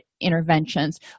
interventions